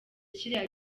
kiriya